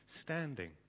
standing